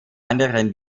anderen